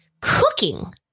cooking